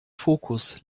fokus